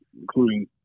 including